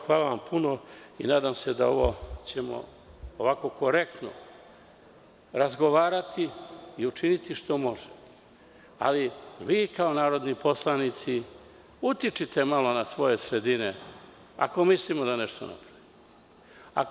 Hvala puno i nadam se da ćemo korektno razgovarati i učiniti što možemo, ali vi kao narodni poslanici utičite malo na svoje sredine ako mislimo da nešto napravimo.